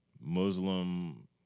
Muslim